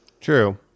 True